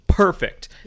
Perfect